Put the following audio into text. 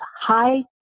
high